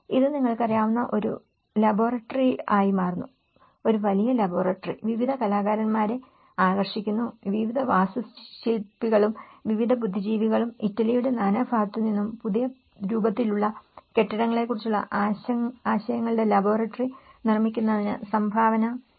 ഇത് നിങ്ങൾക്കറിയാവുന്ന ഒരു ലബോറട്ടറിയായി മാറുന്നു ഒരു വലിയ ലബോറട്ടറി വിവിധ കലാകാരന്മാരെ ആകർഷിക്കുന്നു വിവിധ വാസ്തുശില്പികളും വിവിധ ബുദ്ധിജീവികളും ഇറ്റലിയുടെ നാനാഭാഗത്തുനിന്നും പുതിയ രൂപത്തിലുള്ള കെട്ടിടങ്ങളെക്കുറിച്ചുള്ള ആശയങ്ങളുടെ ലബോറട്ടറി നിർമ്മിക്കുന്നതിന് സംഭാവന നൽകുന്നു